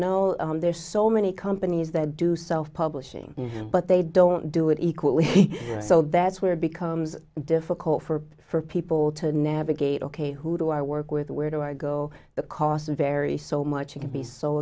know there are so many companies that do self publishing but they don't do it equally so that's where it becomes difficult for for people to navigate ok who do i work with where do i go the costs vary so much you can be so